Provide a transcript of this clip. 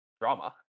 Drama